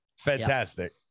Fantastic